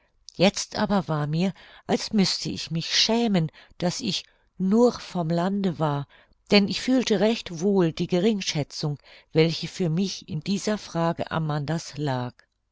jetzt aber war mir als müßte ich mich schämen daß ich nur vom lande war denn ich fühlte recht wohl die geringschätzung welche für mich in dieser frage amanda's lag